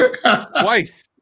twice